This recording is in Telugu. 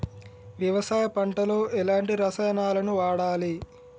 వ్యవసాయం పంట లో ఎలాంటి రసాయనాలను వాడాలి?